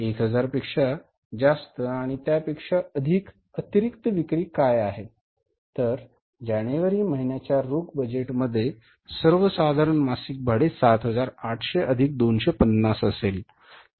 1000 पेक्षा जास्त आणि त्यापेक्षा अधिक अतिरिक्त विक्री काय आहे तर जानेवारी महिन्याच्या रोख बजेटमध्ये सर्वसाधारण मासिक भाडे 7800 अधिक 250 असेल